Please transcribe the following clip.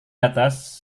atas